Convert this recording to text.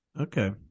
Okay